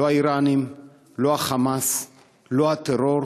לא האיראנים, לא ה"חמאס", לא הטרור,